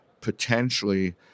potentially